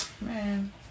man